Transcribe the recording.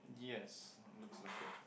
yes looks like it